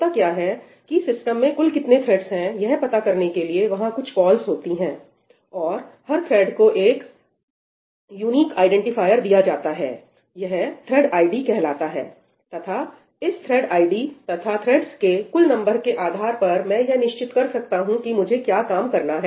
होता क्या है कि सिस्टम में कुल कितने थ्रेड्स है यह पता करने के लिए वहां कुछ कॉल्स होती हैं और हर थ्रेड् को एक यूनीक आईडेंटिफायर दिया जाता है यह थ्रेड आईडी कहलाता है तथा इस थ्रेड् आईडी तथा थ्रेड्स के कुल नंबर के आधार पर मैं यह निश्चित कर सकता हूं कि मुझे क्या काम करना है